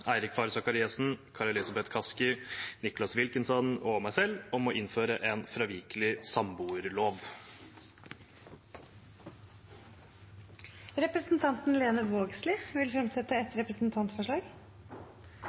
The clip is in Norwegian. Eirik Faret Sakariassen, Kari Elisabeth Kaski, Nicholas Wilkinson og meg selv om å innføre en fravikelig samboerlov. Representanten Lene Vågslid vil fremsette